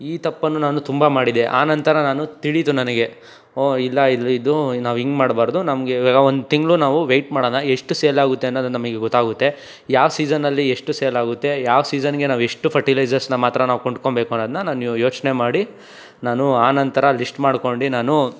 ಈ ತಪ್ಪನ್ನು ನಾನು ತುಂಬ ಮಾಡಿದೆ ಆ ನಂತರ ನಾನು ತಿಳೀತು ನನಗೆ ಓ ಇಲ್ಲ ಇಲ್ಲಿದು ನಾವು ಹಿಂಗೆ ಮಾಡ್ಬಾರ್ದು ನಮಗೆ ಆ ಒಂದು ತಿಂಗಳು ನಾವು ವೆಯ್ಟ್ ಮಾಡೋಣ ಎಷ್ಟು ಸೇಲಾಗುತ್ತೆ ಅನ್ನೋದು ನಮಗೆ ಗೊತ್ತಾಗುತ್ತೆ ಯಾವ ಸೀಸನಲ್ಲಿ ಎಷ್ಟು ಸೇಲಾಗುತ್ತೆ ಯಾವ ಸೀಸನ್ಗೆ ನಾವು ಎಷ್ಟು ಫರ್ಟಿಲೈಝರ್ಸ್ನ ಮಾತ್ರ ನಾವು ಕೊಂಡ್ಕೊಳ್ಬೇಕು ಅನ್ನೋದನ್ನ ನಾನು ಯೋಚ್ನೆ ಮಾಡಿ ನಾನು ಆ ನಂತರ ಲಿಶ್ಟ್ ಮಾಡ್ಕೊಂಡು ನಾನು